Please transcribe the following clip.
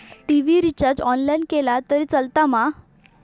TV recharge online केला तरी चलात मा?